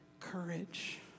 courage